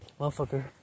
Motherfucker